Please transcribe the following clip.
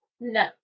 no